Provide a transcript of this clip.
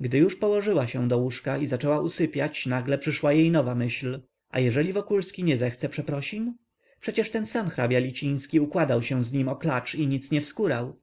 gdy już położyła się do łóżka i zaczęła usypiać nagle przyszła jej nowa myśl a jeżeli wokulski nie zechce przeprosin przecież ten sam hrabia liciński układał się z nim o klacz i nic nie wskórał